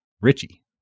Richie